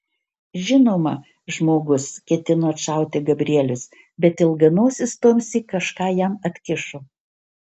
žinoma žmogus ketino atšauti gabrielius bet ilganosis tuomsyk kažką jam atkišo